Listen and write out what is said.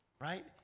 Right